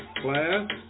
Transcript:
class